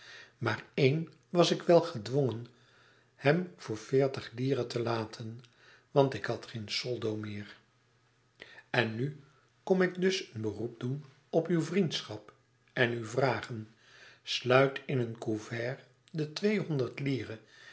maar éen was ik wel gedwongen hem voor veertig lire te laten want ik had geen soldo meer en nu kom ik dus een beroep doen op uw vriendschap en u vragen sluit in een couvert de tweehonderd lire